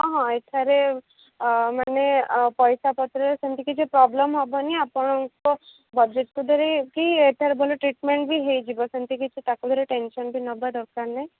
ହଁ ହଁ ଏଠାରେ ମାନେ ପଇସା ପତ୍ରରେ ସେମିତି କିଛି ପ୍ରୋବ୍ଲେମ୍ ହେବନି ଆପଣଙ୍କ ବଜେଟ୍କୁ ଧରିକି ଏଠାରେ ଭଲ ଟ୍ରିଟ୍ମେଣ୍ଟ୍ ବି ହୋଇଯିବ ସେମିତି କିଛି ଟେନ୍ସନ୍ ବି ନେବା ଦରକାର ନାଇଁ